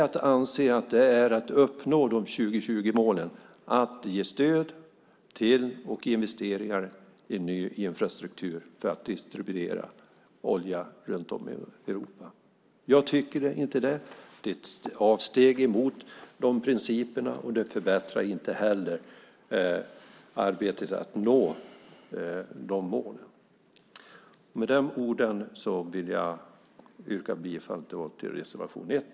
Anser man att detta med att uppnå 20-20-20-målen är att ge stöd till och investera i ny infrastruktur för att distribuera olja runt om i Europa? Jag tycker inte det. I stället är det fråga om ett avsteg från de principerna. Inte heller förbättras arbetet med att nå de målen. Med dessa ord yrkar jag, om jag inte tidigare gjort det, bifall till reservation 1.